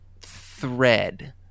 thread